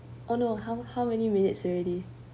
oh no how how many minutes already